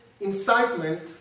incitement